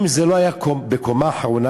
אם זה לא היה בקומה האחרונה,